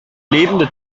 lebende